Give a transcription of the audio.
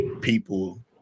people